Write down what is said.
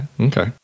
Okay